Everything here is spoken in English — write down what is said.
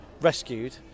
rescued